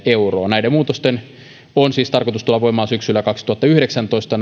näiden norminpurkumuutosten on siis tarkoitus tulla voimaan syksyllä kaksituhattayhdeksäntoista